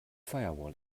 firewall